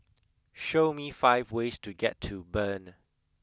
show me five ways to get to Bern